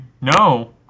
no